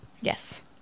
Yes